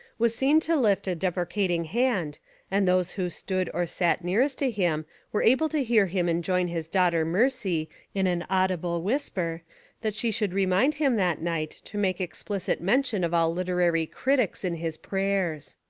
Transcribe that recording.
was seen to lift a deprecating hand and those who stood or sat nearest to him were able to hear him enjoin his daughter mercy in an audible whisper that she should remind him that night to make explicit mention of all literary critics in his prayers.